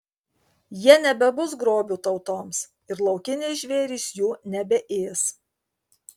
jie nebebus grobiu tautoms ir laukiniai žvėrys jų nebeės